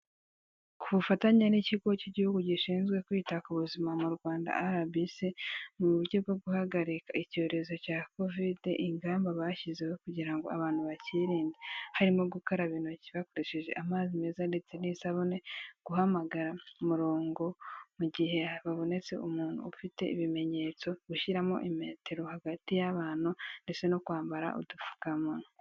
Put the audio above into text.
Ku bufatanye n'Ikigo cy'Igihugu gishinzwe kwita ku buzima mu Rwanda RBC, mu buryo bwo guhagarika icyorezo cya Covide, ingamba bashyizeho kugira ngo abantu bakirinde; harimo gukaraba intoki bakoresheje amazi meza ndetse n'isabune, guhamagara umurongo mu gihe habonetse umuntu ufite ibimenyetso, gushyiramo metero hagati y'abantu ndetse no kwambara udupfukama.